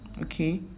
okay